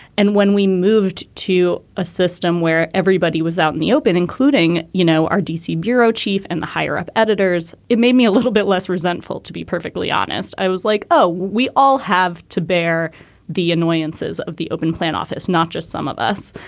and when we moved to a system where everybody was out in the open, including, you know, our d c. bureau chief and the higher up eds, it made me a little bit less resentful. to be perfectly honest, i was like, oh, we all have to bear the annoyances of the open plan office, not just some of us.